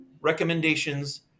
recommendations